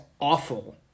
awful